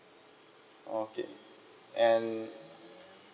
oh okay and